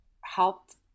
helped